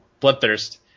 Bloodthirst